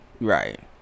right